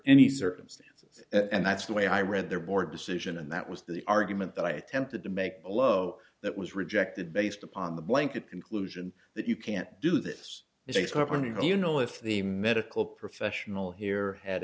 any circumstances and that's the way i read their board decision and that was the argument that i attempted to make below that was rejected based upon the blanket conclusion that you can't do this is a company that you know if the medical professional here had